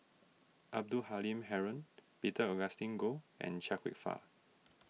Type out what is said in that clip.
Abdul Halim Haron Peter Augustine Goh and Chia Kwek Fah